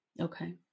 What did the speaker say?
Okay